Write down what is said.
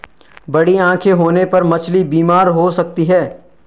बड़ी आंखें होने पर मछली बीमार हो सकती है